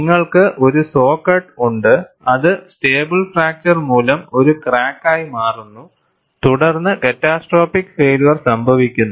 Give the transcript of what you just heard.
നിങ്ങൾക്ക് ഒരു saw cut ഉണ്ട് അത് സ്റ്റേബിൾ ഫ്രാക്ചർ മൂലം ഒരു ക്രാക്കായിയി മാറുന്നു തുടർന്ന് ക്യാറ്റസ്ട്രോപ്പിക് ഫൈയില്യർ സംഭവിക്കുന്നു